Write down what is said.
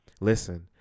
listen